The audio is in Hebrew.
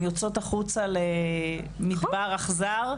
הן יוצאות החוצה למדבר אכזר.